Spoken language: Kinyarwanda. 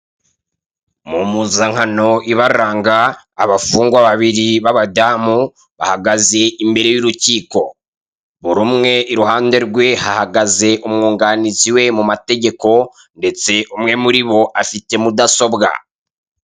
Mu mpuzankano ibaranga, abafungwa babiri b'abadamu, bahagaze imbere y'urukiko. Buri umwe mu ruhande rwe hahagaze umwunganizi we mu mategeko, ndetse umwe muri bo afite mudasobwa.